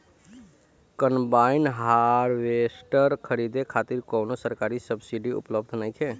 Combine harvester खरीदे खातिर कउनो सरकारी सब्सीडी उपलब्ध नइखे?